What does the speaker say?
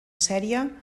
sèrie